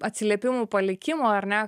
atsiliepimų palikimo ar ne